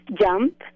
Jump